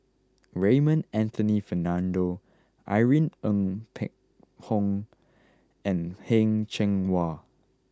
Raymond Anthony Fernando Irene Ng Phek Hoong and Heng Cheng Hwa